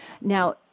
Now